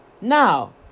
Now